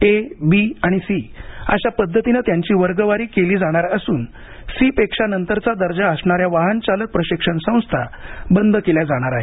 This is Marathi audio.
ए बी आणि सी अशा पद्धतीनं त्यांची वर्गवारी केली जाणार असून सी पेक्षा नंतरचा दर्जा असणाऱ्या वाहन चालक प्रशिक्षण संस्था बंद केल्या जाणार आहेत